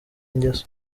ingeso